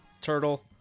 turtle